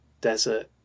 desert